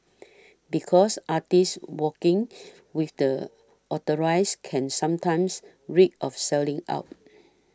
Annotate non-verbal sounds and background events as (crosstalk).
because artists working (noise) with the authorize can sometimes reek of selling out